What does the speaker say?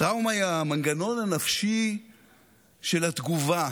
טראומה היא המנגנון הנפשי של התגובה